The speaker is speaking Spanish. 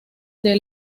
the